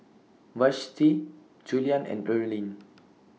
Vashti Juliann and Earlene